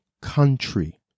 country